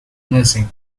nursing